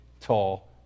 tall